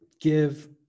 give